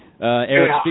Eric